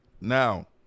Now